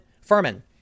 Furman